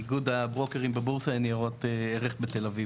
איגוד הברוקרים בבורסה לניירות ערך בתל אביב.